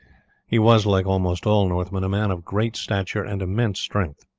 he was, like almost all northmen, a man of great stature and immense strength.